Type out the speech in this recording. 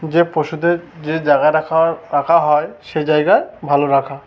যে পশুদের যে জায়গায় রাখা রাখা হয় সে জায়গায় ভালো রাখা